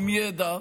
עם ידע,